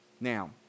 Now